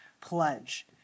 pledge